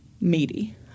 meaty